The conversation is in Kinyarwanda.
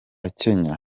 kenya